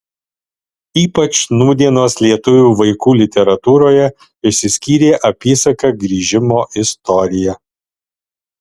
ypač nūdienos lietuvių vaikų literatūroje išsiskyrė apysaka grįžimo istorija